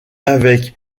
avec